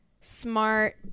smart